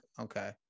okay